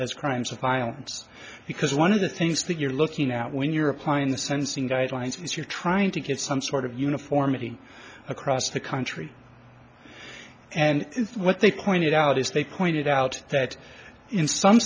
as crimes of violence because one of the things that you're looking at when you're applying the sensing guidelines is you're trying to get some sort of uniformity across the country and what they pointed out is they pointed out that in some